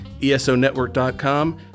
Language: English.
esonetwork.com